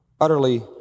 utterly